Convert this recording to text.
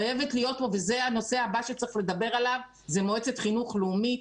חייבת להיות פה וזה הנושא הבא שצריך לדבר עליו מועצת חינוך לאומית.